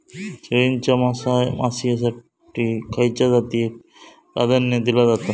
शेळीच्या मांसाएसाठी खयच्या जातीएक प्राधान्य दिला जाता?